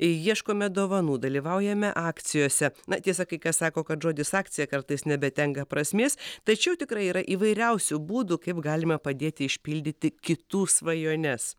ieškome dovanų dalyvaujame akcijose na tiesa kai kas sako kad žodis akcija kartais nebetenka prasmės tačiau tikrai yra įvairiausių būdų kaip galime padėti išpildyti kitų svajones